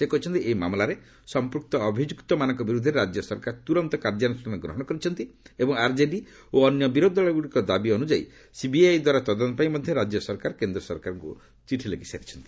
ସେ କହିଛନ୍ତି ଏହି ମାମଲାରେ ସମ୍ପୁକ୍ତ ଅଭିଯୁକ୍ତମାନଙ୍କ ବିରୁଦ୍ଧରେ ରାଜ୍ୟ ସରକାର ତୁରନ୍ତ କାର୍ଯ୍ୟାନୁଷ୍ଠାନ ଗ୍ରହଣ କରିଛନ୍ତି ଏବଂ ଆର୍ଜେଡି ଓ ଅନ୍ୟ ବିରୋଧି ଦଳଗୁଡ଼ିକର ଦାବି ଅନ୍ତ୍ଯାୟୀ ସିବିଆଇଦ୍ୱାରା ତଦନ୍ତପାଇଁ ମଧ୍ୟ ରାଜ୍ୟ ସରକାର କେନ୍ଦ୍ର ସରକାରଙ୍କୁ ଚିଠି ଲେଖିଛନ୍ତି